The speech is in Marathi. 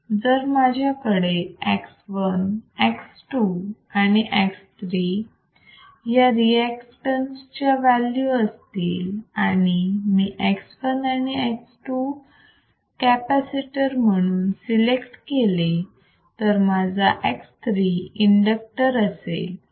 जर माझ्याकडे X1 X2 and X3 या रिअक्टॅन्स च्या व्हॅल्यू असतील आणि मी X1 and X2 कॅपॅसिटर म्हणून सिलेक्ट केले तर माझा X3 इंडक्टर असेल